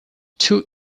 two